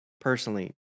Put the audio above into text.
personally